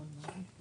כן.